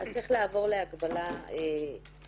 אז צריך לעבור להגבלה יחסית.